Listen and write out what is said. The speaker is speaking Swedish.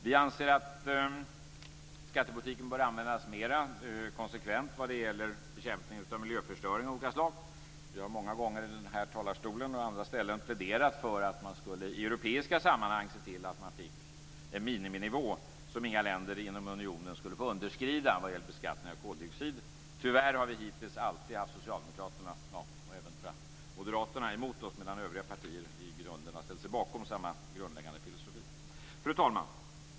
Vi anser att skattepolitiken bör användas mera konsekvent vad gäller bekämpning av miljöförstöring av olika slag. Vi har många gånger i den här talarstolen och på andra ställen pläderat för att man i europeiska sammanhang skulle se till att sätta en miniminivå som inga länder inom unionen skulle få underskrida vad gäller beskattning av koldioxid. Tyvärr har vi hittills alltid haft Socialdemokraterna och även Moderaterna emot oss, medan övriga partier i grunden har ställt sig bakom samma grundläggande filosofi. Fru talman!